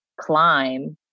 climb